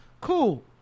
Cool